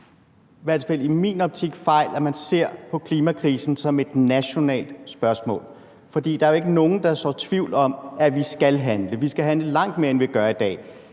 i min optik – begår den fejl, at hun ser på klimakrisen som et nationalt spørgsmål. Der er jo ikke nogen, der sår tvivl om, at vi skal handle. Vi skal handle langt mere, end vi gør i dag.